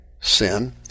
sin